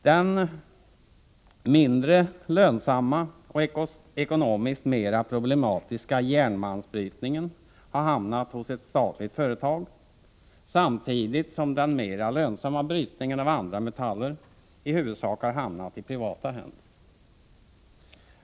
Den mindre lönsamma och ekonomiskt mera problematiska järnmalmsbrytningen har hamnat hos ett statligt företag samtidigt som den mera lönsamma brytningen av andra metaller i huvudsak har hamnat i privata händer.